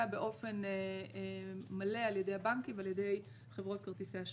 באופן מלא על ידי הבנקים ועל ידי חברות כרטיסי אשראי.